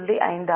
5 ஆகும்